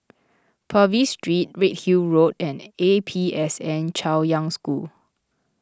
Purvis Street Redhill Road and A P S N Chaoyang School